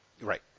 right